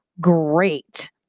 Great